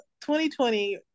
2020